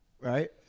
right